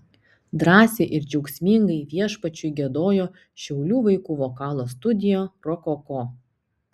drąsiai ir džiaugsmingai viešpačiui giedojo šiaulių vaikų vokalo studija rokoko